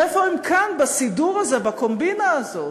ואיפה הם כאן בסידור הזה, בקומבינה הזאת?